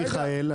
מיכאל,